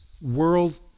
world